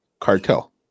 Cartel